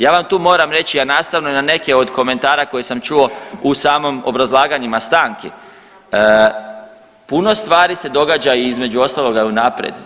Ja vam tu moram reći, a nastavno i na neke od komentara koje sam čuo u samim obrazlaganjima stanki puno stvari se događa između ostaloga unaprijed.